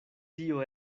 tio